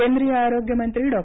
केंद्रीय आरोग्यमंत्री डॉ